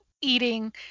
eating